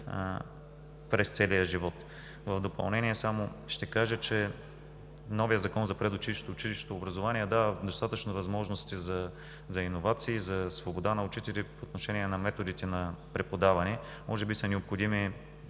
през целия живот. В допълнение ще кажа, че новият Закон за предучилищното и училищното образование дава достатъчно възможности за иновации, за свобода на учители, по отношение на методите на преподаване. Може би са необходими